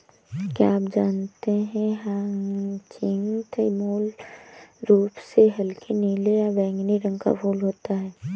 क्या आप जानते है ह्यचीन्थ मूल रूप से हल्के नीले या बैंगनी रंग का फूल होता है